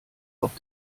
auf